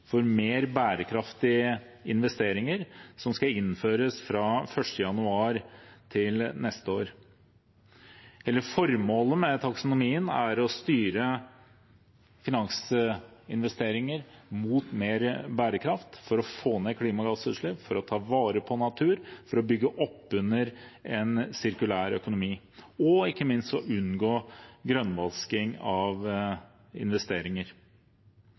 for mer bærekraftige investeringer som skal innføres fra 1. januar neste år. Hele formålet med taksonomien er å styre finansinvesteringer mot mer bærekraft for å få ned klimagassutslipp, for å ta vare på natur, for å bygge opp under en sirkulær økonomi og ikke minst for å unngå grønnvasking av investeringer.